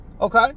okay